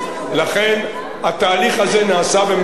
התהליך הזה נעשה במקומות אחרים,